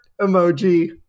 emoji